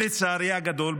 לצערי הגדול,